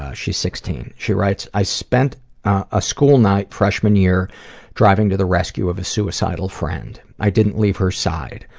ah she's sixteen. she writes, i spent a school night freshman year driving to the rescue of a suicidal friend. i didn't leave her side,